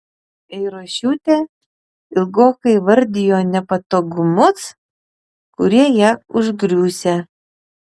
eirošiūtė ilgokai vardijo nepatogumus kurie ją užgriūsią